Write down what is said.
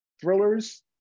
thrillers